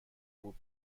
بود